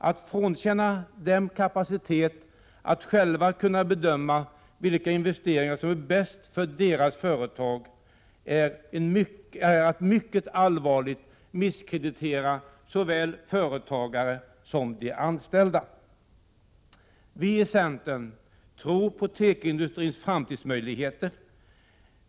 Att frånkänna dem kapaciteten att själva bedöma vilka investeringar som är bäst för deras företag är att mycket allvarligt misskreditera såväl företagare som anställda. Vi i centern tror på tekoindustrins framtidsmöjligheter.